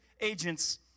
agents